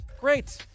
Great